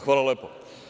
Hvala lepo.